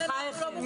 זה מודל אחיד.